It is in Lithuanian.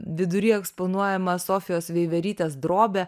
vidury eksponuojamą sofijos veiverytės drobę